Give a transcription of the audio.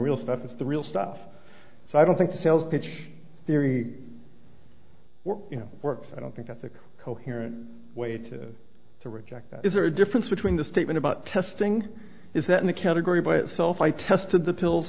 real stuff it's the real stuff so i don't think the sales pitch theory what you know works i don't think that's a coherent way to to reject is there a difference between the statement about testing is that in a category by itself i tested the pills